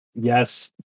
Yes